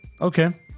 Okay